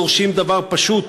דורשים דבר פשוט: